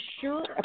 sure